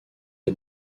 est